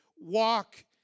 walk